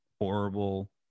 horrible